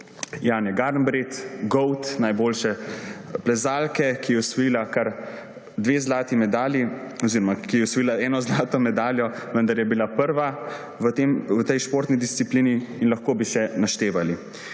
Janje Garnbret – GOAT, najboljše plezalke, ki je osvojila kar dve zlati medalji oziroma ki je osvojila eno zlato medaljo, vendar je bila prva v tej športni disciplini, in lahko bi še naštevali.